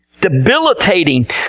debilitating